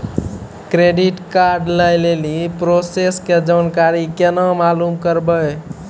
Credit card लय लेली process के जानकारी केना मालूम करबै?